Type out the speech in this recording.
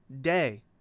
day